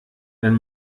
wenn